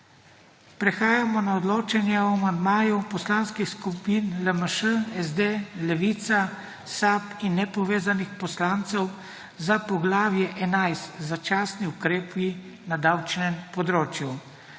Prehajamo na odločane o amandmaju Poslanskih skupin LMŠ, SD, Levica, SAB in Nepovezanih poslancev za poglavje 11 začasni ukrepi na davčnem področju.